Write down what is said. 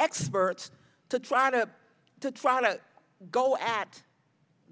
experts to try to to try to go at